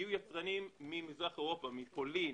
יגיעו יצרנים ממזרח אירופה - פולין,